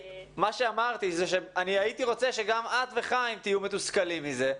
אמרתי רוצה שגם את וחיים תהיו מתוסכלים מזה.